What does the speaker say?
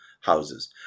houses